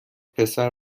پسر